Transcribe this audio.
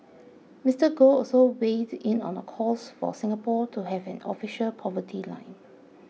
Mister Goh also weighed in on calls for Singapore to have an official poverty line